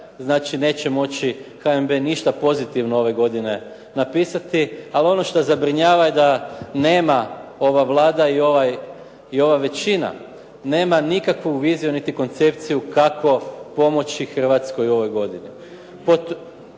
Znači neće moći HNB ništa pozitivno ove godine napisati, ali ono što zabrinjava da nema ova Vlada i ova većina nema nikakvu viziju niti koncepciju kako pomoći Hrvatskoj u ovoj godini.